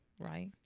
Right